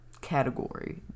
category